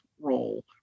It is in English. role